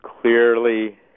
clearly